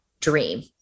Dream